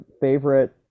favorite